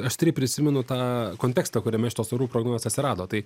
aštriai prisimenu tą kontekstą kuriame šitos orų prognozės atsirado tai